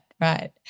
right